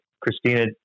Christina